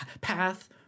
path